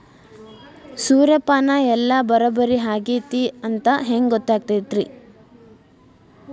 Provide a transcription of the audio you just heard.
ಸೂರ್ಯಪಾನ ಎಲ್ಲ ಬರಬ್ಬರಿ ಹೂ ಆಗೈತಿ ಅಂತ ಹೆಂಗ್ ಗೊತ್ತಾಗತೈತ್ರಿ?